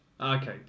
Okay